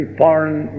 foreign